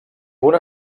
una